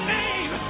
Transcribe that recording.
name